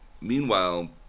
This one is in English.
Meanwhile